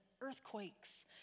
earthquakes